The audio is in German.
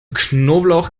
knoblauch